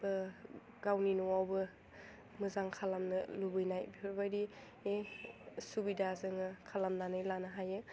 गावनि न'वावबो मोजां खालामनो लुबैनाय बेफोरबायदि सुबिदा जोङो खालामनानै लानो हायो